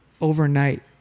overnight